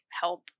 help